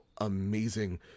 amazing